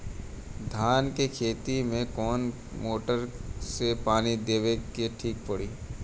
धान के खेती मे कवन मोटर से पानी देवे मे ठीक पड़ी?